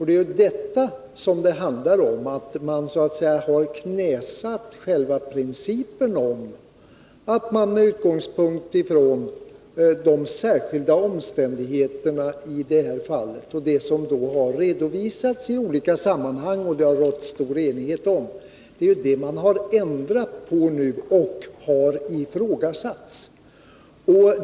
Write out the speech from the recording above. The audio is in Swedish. Det är ju detta det handlar om. Man har så att säga knäsatt själva principen om att man skulle ta särskild hänsyn till omständigheterna i detta fall. Dessa omständigheter har redovisats i olika sammanhang, och det har varit stor enighet om principen. Men det är detta man här ändrat på och ifrågasatt.